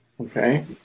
Okay